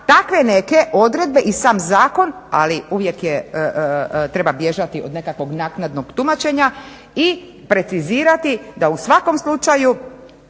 takve neke odredbe i sam zakon, ali uvijek treba bježati od nekakvog naknadnog tumačenja i precizirati da u svakom slučaju